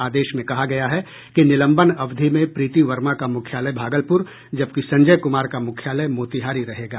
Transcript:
आदेश में कहा गया है कि निलम्बन अवधि में प्रीति वर्मा का मुख्यालय भागलपुर जबकि संजय कुमार का मुख्यालय मोतिहारी रहेगा